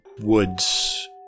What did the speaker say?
Woods